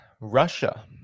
Russia